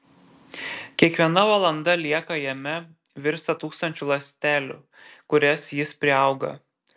kiekviena valanda lieka jame virsta tūkstančiu ląstelių kurias jis priauga